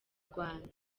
rwanda